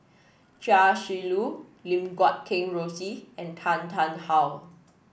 Chia Shi Lu Lim Guat Kheng Rosie and Tan Tarn How